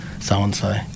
so-and-so